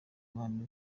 abantu